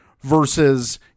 versus